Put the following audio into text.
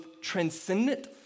transcendent